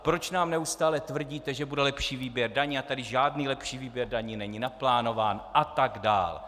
proč nám neustále tvrdíte, že bude lepší výběr daní, a tady žádný lepší výběr daní není naplánován atd.